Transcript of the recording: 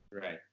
Right